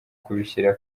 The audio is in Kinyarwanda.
kubishyira